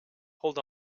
hold